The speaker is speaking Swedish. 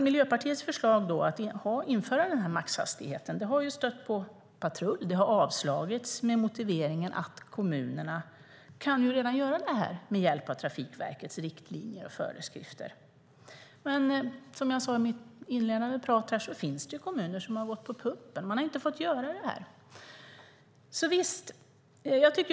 Miljöpartiets förslag att införa maxhastigheten har stött på patrull. Det har avslagits med motiveringen att kommunerna redan kan göra detta med hjälp av Trafikverkets riktlinjer och föreskrifter. Men som jag sade i mitt inledningsanförande finns det kommuner som har gått på pumpen. De har inte fått göra detta.